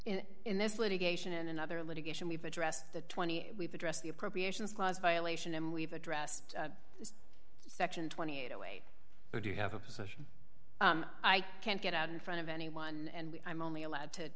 in in this litigation in another litigation we've addressed the twenty we've addressed the appropriations clause violation and we've addressed section twenty eight away or do you have a position i can't get out in front of anyone and i'm only allowed to